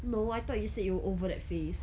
no I thought you said you were over that phase